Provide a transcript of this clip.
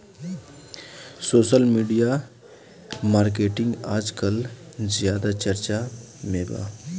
social media marketing आजकल ज्यादा चर्चा में बा